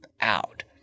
out